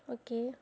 okay